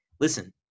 listen